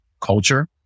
culture